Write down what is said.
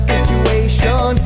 situation